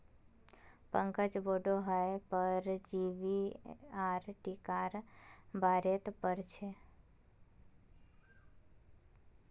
पंकज बोडो हय परजीवी आर टीकार बारेत पढ़ बे